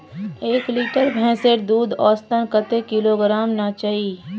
एक लीटर भैंसेर दूध औसतन कतेक किलोग्होराम ना चही?